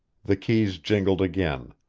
the keys jingled again.